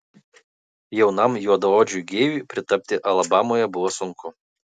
jaunam juodaodžiui gėjui pritapti alabamoje buvo sunku